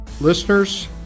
Listeners